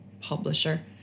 publisher